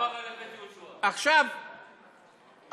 חופשי, באוטובוסים.